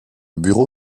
bureau